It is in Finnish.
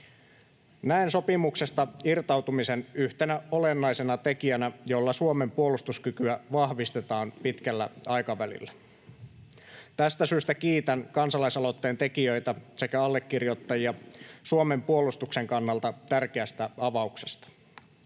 Näen sopimuksesta irtautumisen yhtenä olennaisena tekijänä, jolla Suomen puolustuskykyä vahvistetaan pitkällä aikavälillä. Tästä syystä kiitän kansalaisaloitteen tekijöitä sekä allekirjoittajia Suomen puolustuksen kannalta tärkeästä avauksesta.